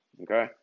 okay